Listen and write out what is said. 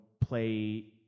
play